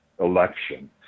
election